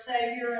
Savior